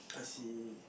I see